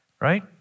right